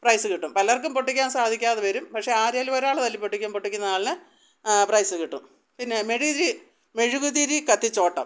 price കിട്ടും പലർക്കും പൊട്ടിക്കാൻ സാധിക്കാതെ വരും പക്ഷെ ആരെങ്കിലും ഒരാൾ തല്ലി പൊട്ടിക്കും പൊട്ടിക്കുന്നയാളിന് പ്രൈസ് കിട്ടും പിന്നെ മെഴുകുതിരി മെഴുകുതിരി കത്തിച്ച് ഓട്ടം